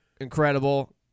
incredible